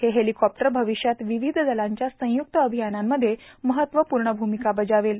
हे हेलीकॉप्टर भविष्यात विविध दलांच्या संयुक्त अभियानांमध्ये महत्वपूर्ण भूमिका बजावेल